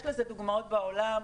יש לזה דוגמאות בעולם.